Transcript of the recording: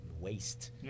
waste